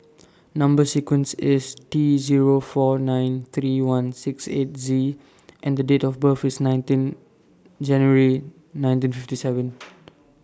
Number sequence IS T Zero four nine three one six eight Z and Date of birth IS nineteen January nineteen fifty seven